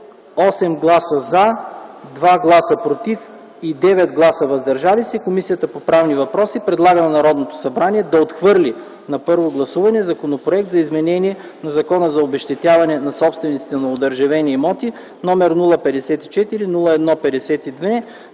8 гласа „за”, 2 гласа „против” и 9 гласа „въздържал се”, Комисията по правни въпроси предлага на Народното събрание да отхвърли на първо гласуване Законопроект за изменение на Закона за обезщетяване на собствениците на одържавени имоти, № 054-01-52,